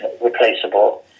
replaceable